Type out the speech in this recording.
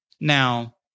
Now